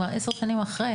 זה כבר עשר שנים אחרי,